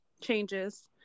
changes